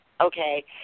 Okay